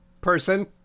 person